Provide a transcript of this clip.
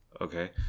okay